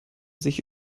sich